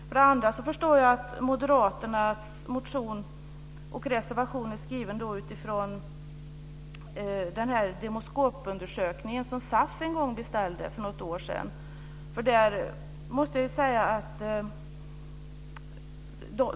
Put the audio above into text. För det andra förstår jag att Moderaternas motion och reservation är skriven utifrån den Demoskopundersökning som SAF beställde för något år sedan.